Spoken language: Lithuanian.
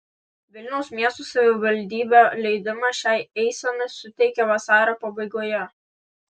vilniaus miesto savivaldybė leidimą šiai eisenai suteikė vasario pabaigoje